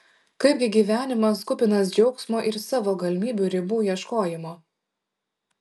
kaipgi gyvenimas kupinas džiaugsmo ir savo galimybių ribų ieškojimo